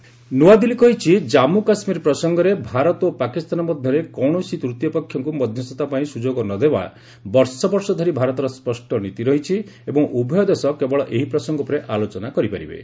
Jaishankar US New Delhi କହିଛି କାମ୍ମୁ କାଶ୍କୀର ପ୍ରସଙ୍ଗରେ ଭାରତ ଓ ପାକିସ୍ତାନ ମଧ୍ୟରେ କୌଣସି ତୂତୀୟ ପକ୍ଷକୁ ମଧ୍ୟସ୍ଥତା ପାଇଁ ସୁଯୋଗ ନଦେବା ବର୍ଷ ବର୍ଷ ଧରି ଭାରତର ସ୍ୱଷ୍ଟ ନୀତି ରହିଛି ଏବଂ ଉଭୟ ଦେଶ କେବଳ ଏହି ପ୍ରସଙ୍ଗ ଉପରେ ଆଲୋଚନା କରିପାରିବେ